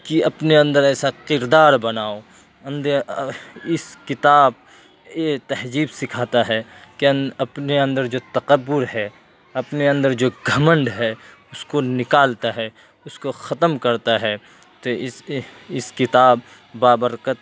کہ اپنے اندر ایسا کردار بناؤ اس کتاب یہ تہذیب سکھاتا ہے کہ اپنے اندر جو تکبر ہے اپنے اندر جو گھمنڈ ہے اس کو نکالتا ہے اس کو ختم کرتا ہے تو اس کتاب بابرکت